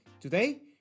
Today